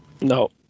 No